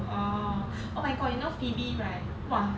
orh oh my god you know phoebe right !wah!